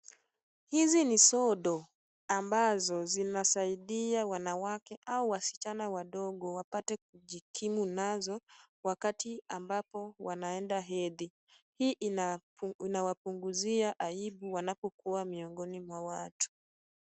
Hizi ni sodo ambazo zinasaidia wanawake au wasichana wadogo wapate kujikimu nazo wakati ambapo wanaenda hedhi. Hii inawapunguzia aibu wanapokuwa miongoni mwa watu.